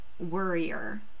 worrier